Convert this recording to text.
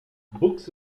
books